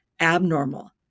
abnormal